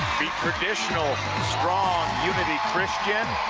the traditional strong unity christian,